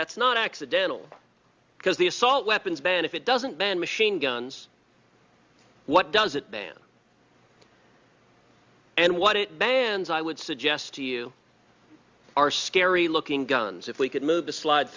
that's not accidental because the assault weapons ban if it doesn't ban machine guns what does it ban and what it bans i would suggest to you are scary looking guns if we could move to slide